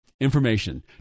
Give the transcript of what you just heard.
information